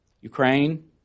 Ukraine